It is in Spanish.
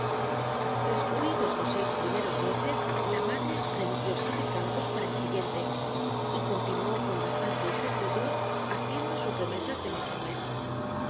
trascurridos los seis primeros meses la madre remitió siete fran eos para el siguiente y continuó con bastante exactitud haciendo sus remesas de mes en mes